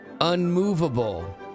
Unmovable